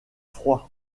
froid